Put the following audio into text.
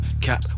cap